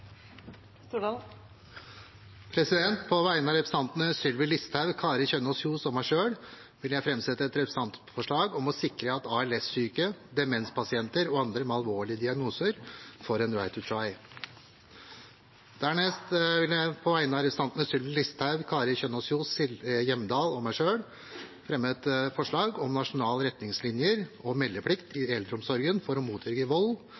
På vegne av representantene Sylvi Listhaug, Kari Kjønaas Kjos og meg selv vil jeg framsette et representantforslag om å sikre at ALS-syke, demenspasienter og andre med alvorlige diagnoser får en «right to try». Dernest vil jeg på vegne av representantene Sylvi Listhaug, Kari Kjønaas Kjos, Silje Hjemdal og meg selv fremme et forslag om nasjonale retningslinjer og meldeplikt i eldreomsorgen for å motvirke vold